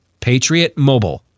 PatriotMobile